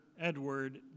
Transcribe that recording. Edward